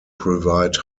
provide